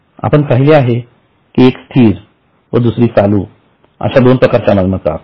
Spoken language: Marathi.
आपण पहिले कि एक स्थिर व दुसरी चालू अश्या दोन प्रकारच्या मालमत्ता असतात